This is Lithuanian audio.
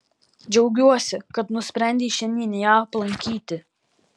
džiaugiuosi kad nusprendei šiandien ją aplankyti